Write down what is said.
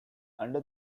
under